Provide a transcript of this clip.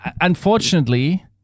unfortunately